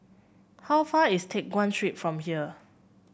how far is Teck Guan Street from here